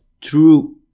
true